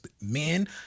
men